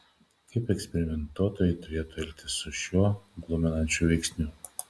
kaip eksperimentuotojai turėtų elgtis su šiuo gluminančiu veiksniu